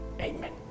Amen